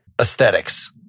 aesthetics